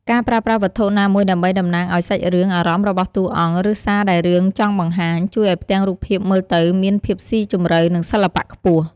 ការប្រើប្រាស់វត្ថុណាមួយដើម្បីតំណាងឱ្យសាច់រឿង អារម្មណ៍របស់តួអង្គ ឬសារដែលរឿងចង់បង្ហាញ ជួយឱ្យផ្ទាំងរូបភាពមើលទៅមាន ភាពស៊ីជម្រៅ និងសិល្បៈខ្ពស់ ។